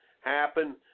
happen